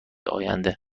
آینده